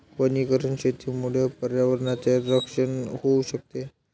वनीकरण शेतीमुळे पर्यावरणाचे रक्षण होऊ शकते